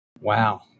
Wow